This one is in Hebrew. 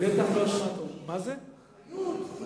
איפה האחריות, תפקוד,